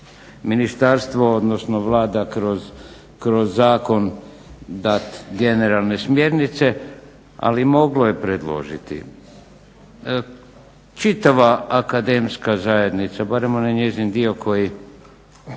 ministarstvo odnosno Vlada kroz zakon dati generalne smjernice ali moglo je predložiti. Čitava akademska zajednica, barem onaj njezin dio koji